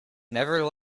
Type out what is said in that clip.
never